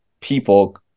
people